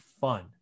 fun